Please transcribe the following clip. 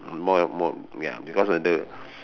more and more ya because of the